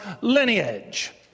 lineage